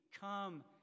come